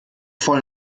voll